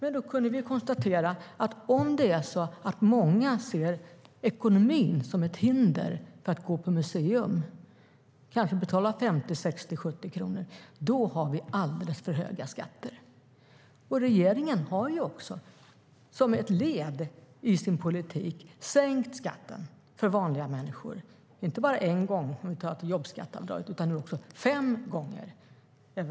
Vi kan konstatera att om många ser ekonomin som ett hinder för att gå på museum, att betala 50-70 kronor, då är skatterna alldeles för höga. Regeringen har som ett led i sin politik sänkt skatten för vanliga människor, inte bara en gång i jobbskatteavdraget utan fem gånger.